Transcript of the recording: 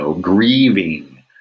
grieving